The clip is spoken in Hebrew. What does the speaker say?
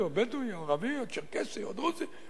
או בדואי או ערבי או צ'רקסי או דרוזי.